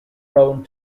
prone